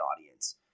audience